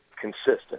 consistent